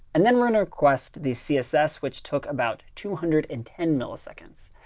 and then we're going to request the css, which took about two hundred and ten milliseconds.